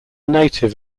native